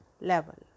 level